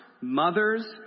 mothers